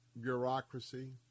bureaucracy